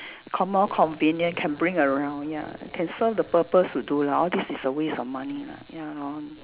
call more convenient can bring around ya can serve the purpose to do lah all this is a waste of money lah ya lor